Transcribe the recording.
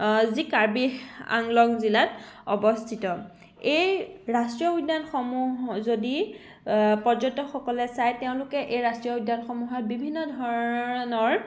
যি কাৰ্বি আংলং জিলাত অৱস্থিত এই ৰাষ্ট্ৰীয় উদ্যানসমূহ যদি পৰ্যটকসকলে চায় তেওঁলোকে এই ৰাষ্ট্ৰীয় উদ্যানসমূহত বিভিন্ন ধৰণৰ